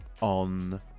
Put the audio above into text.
on